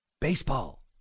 baseball